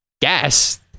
gas